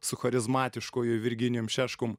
su charizmatiškuoju virginijum šeškum